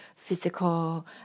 physical